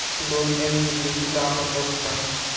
Loan eligibility का मतलब का होला?